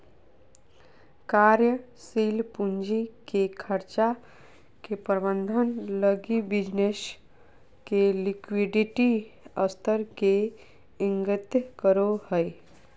कार्यशील पूंजी के खर्चा के प्रबंधन लगी बिज़नेस के लिक्विडिटी स्तर के इंगित करो हइ